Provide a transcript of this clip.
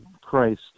Christ